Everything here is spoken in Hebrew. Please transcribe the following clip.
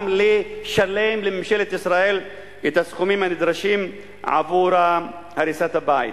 גם לשלם לממשלת ישראל את הסכומים הנדרשים עבור הריסת הבית.